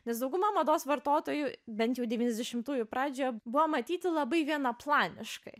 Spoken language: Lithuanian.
nes dauguma mados vartotojų bent jau devyniasdešimtųjų pradžioje buvo matyti labai vienaplaniškai